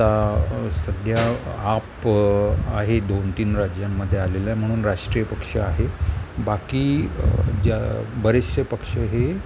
आता सध्या आप आहे दोन तीन राज्यांमध्ये आलेला आहे म्हणून राष्ट्रीय पक्ष आहे बाकी ज्या बरेचशे पक्ष हे